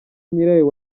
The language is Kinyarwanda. nyirayo